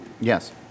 Yes